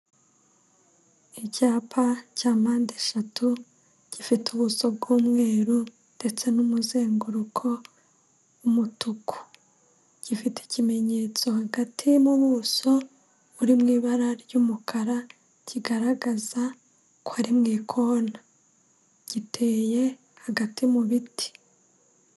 Icyapa cya mpande eshatu gifite ubuso bw'umweru ndetse n'umuzenguruko w'umutuku, gifite ikimenyetso hagati mu buso buri mu ibara ry'umukara kigaragaza ko ari mu ikona, giteye hagati mu biti.